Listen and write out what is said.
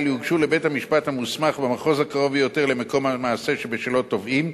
יוגשו לבית-המשפט המוסמך במחוז הקרוב ביותר למקום המעשה שבשלו תובעים,